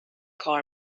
کار